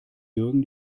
jürgen